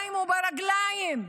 בידיים וברגליים.